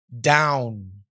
down